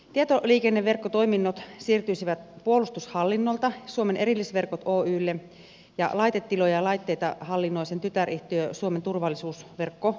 tietoliikenneverkkotoiminnot siirtyisivät puolustushallinnolta suomen erillisverkot oylle ja laitetiloja ja laitteita hallinnoi sen tytäryhtiö suomen turvallisuusverkko osakeyhtiö